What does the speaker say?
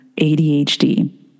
ADHD